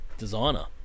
designer